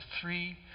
three